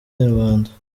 nyarwanda